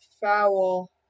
foul